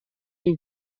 این